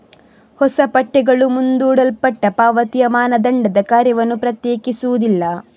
ಹೊಸ ಪಠ್ಯಗಳು ಮುಂದೂಡಲ್ಪಟ್ಟ ಪಾವತಿಯ ಮಾನದಂಡದ ಕಾರ್ಯವನ್ನು ಪ್ರತ್ಯೇಕಿಸುವುದಿಲ್ಲ